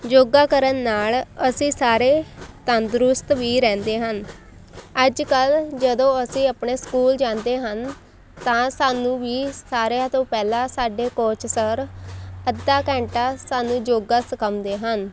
ਯੋਗਾ ਕਰਨ ਨਾਲ ਅਸੀਂ ਸਾਰੇ ਤੰਦਰੁਸਤ ਵੀ ਰਹਿੰਦੇ ਹਨ ਅੱਜ ਕੱਲ੍ਹ ਜਦੋਂ ਅਸੀਂ ਆਪਣੇ ਸਕੂਲ ਜਾਂਦੇ ਹਨ ਤਾਂ ਸਾਨੂੰ ਵੀ ਸਾਰਿਆਂ ਤੋਂ ਪਹਿਲਾਂ ਸਾਡੇ ਕੋਚ ਸਰ ਅੱਧਾ ਘੰਟਾ ਸਾਨੂੰ ਯੋਗਾ ਸਿਖਾਉਂਦੇ ਹਨ